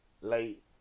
late